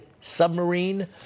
submarine